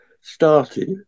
started